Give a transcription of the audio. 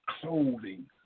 clothing